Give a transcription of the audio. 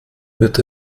wird